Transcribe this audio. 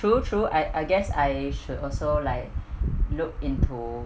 true true I I guess I should also like look into